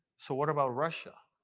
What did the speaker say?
so what about russia?